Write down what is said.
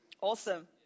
Awesome